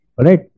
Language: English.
right